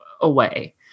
away